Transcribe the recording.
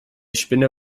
spinne